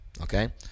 okay